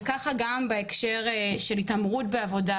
וככה גם בהקשר של התעמרות בעבודה,